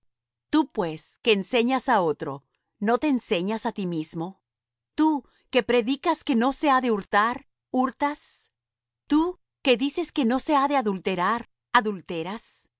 tú pues que enseñas á otro no te enseñas á ti mismo tú que predicas que no se ha de hurtar hurtas tú que dices que no se ha de adulterar adulteras